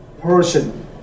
person